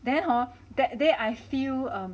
then hor that day I feel